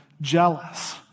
jealous